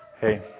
Hey